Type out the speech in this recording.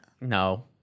No